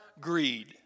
greed